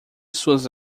suas